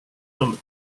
thumb